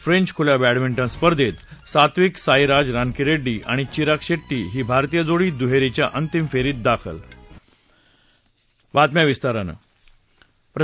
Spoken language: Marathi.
फ्रेंच खुल्या बॅडमिंटन स्पर्धेत सात्विक साईराज रांकीरेङ्डी आणि चिराग शेट्टी ही भारतीय जोडी दुहेरीच्या अंतिम फेरीत पोहोचली